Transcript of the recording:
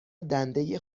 دنده